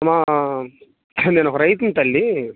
అమ్మ నేను ఒక రైతుని తల్లి